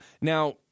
now